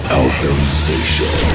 authorization